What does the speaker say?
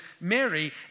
Mary